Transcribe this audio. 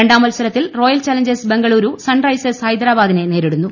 രണ്ടാം മത്സരത്തിൽ Royal Challengers Bengaluru Sunrisers ഹൈദരാബാദിനെ നേരിടുന്നു